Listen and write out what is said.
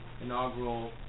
inaugural